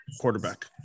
quarterback